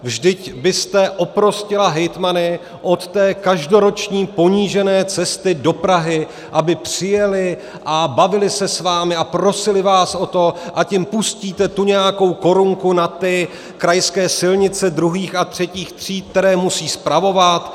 Vždyť byste oprostila hejtmany od každoroční ponížené cesty do Prahy, aby přijeli a bavili se s vámi a prosili vás o to, ať jim pustíte tu nějakou korunku na ty krajské silnice druhých a třetích tříd, které musí spravovat.